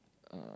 uh